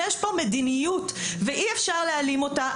יש פה מדיניות ואי אפשר להעלים אותה,